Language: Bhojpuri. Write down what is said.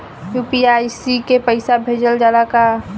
यू.पी.आई से पईसा भेजल जाला का?